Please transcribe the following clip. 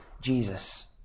Jesus